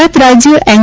ગુજરાત રાજ્ય એન